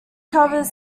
covers